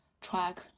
track